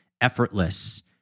effortless